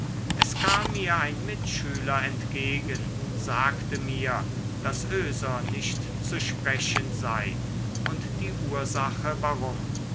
es kam mir ein mitschüler entgegen sagte mir daß oeser nicht zu sprechen sei und die ursache warum